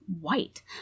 white